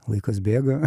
laikas bėga